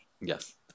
Yes